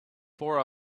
for